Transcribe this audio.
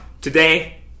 Today